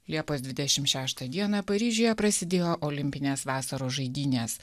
liepos dvidešimt šeštą dieną paryžiuje prasidėjo olimpinės vasaros žaidynės